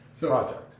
project